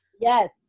Yes